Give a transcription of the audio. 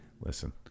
Listen